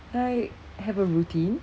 like have a routine